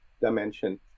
dimension